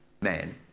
man